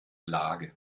lage